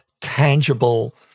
tangible